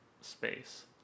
space